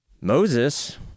Moses